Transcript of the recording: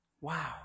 Wow